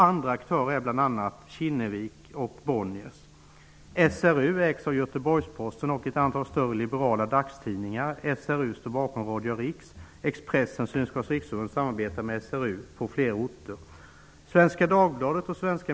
Andra aktörer är bl.a. Kinnevik och Bonniers. SRU ägs av Göteborgsposten och ett antal större liberala dagstidningar. SRU står bakom Radio Rix. Expressen och Synskadades riksförbund samarbetar med SRU på flera orter.